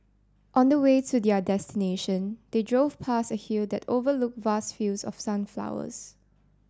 on the way to their destination they drove past a hill that overlooked vast fields of sunflowers